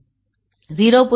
0